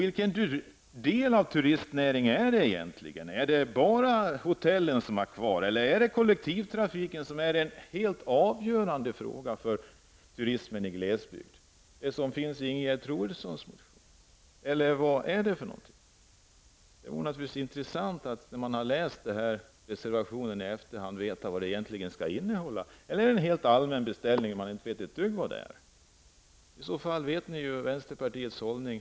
Vilken del av turistnäringen är det egentligen fråga om? Handlar det bara om hotellen? Eller är det kollektivtrafiken som är den helt avgörande frågan för turismen i glesbygden? Hur är det med det som Ingegerd Troedsson talar om i sin motion? Vad är det alltså fråga om? Så här i efterhand, alltså efter att ha läst reservationen i fråga, vore det intressant att få veta vad innehållet egentligen är. Är det fråga om en helt allmän beställning som man inte vet ett enda dugg om? I så fall vill jag påminna om vår hållning.